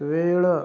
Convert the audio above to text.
वेळ